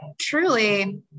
truly